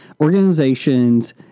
organizations